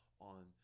on